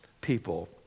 people